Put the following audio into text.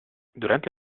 durante